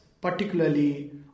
particularly